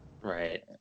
right